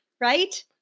right